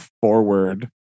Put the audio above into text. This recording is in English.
forward